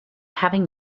having